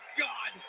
god